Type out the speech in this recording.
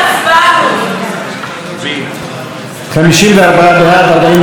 54 בעד, 43 נגד, אין נמנעים.